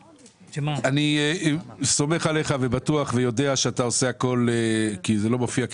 אני סומך עליך ובטוח ויודע שאתה עושה הכול כי זה לא מופיע,